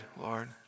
Lord